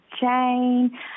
Jane